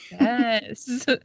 Yes